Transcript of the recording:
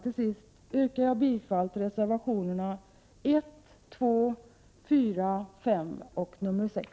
Till sist yrkar jag bifall till reservationerna 1, 2, 4, 5 och 6.